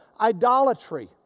idolatry